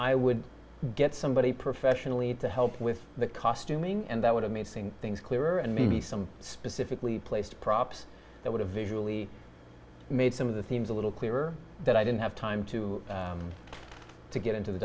i would get somebody professionally to help with the costuming and that would amazing things clearer and maybe some specifically placed props that would have visually made some of the themes a little clearer that i didn't have time to to get into the